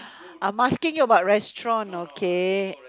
I'm asking you about restaurants okay